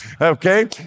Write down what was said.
Okay